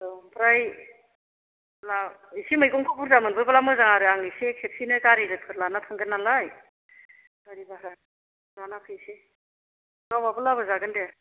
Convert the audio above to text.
औ ओमफ्राय एसे मैगंखौ बुरजा मोनबोब्ला मोजां आरो आं एसे खेबसेनो गारिफोर लाना थांगोन नालाय गारि भारा लाना फैसै लावआबो लाबो जागोन दे